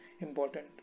important